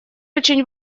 очень